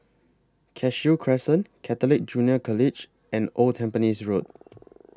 Cashew Crescent Catholic Junior College and Old Tampines Road